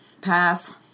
Pass